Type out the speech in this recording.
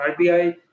RBI